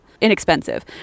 inexpensive